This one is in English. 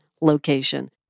location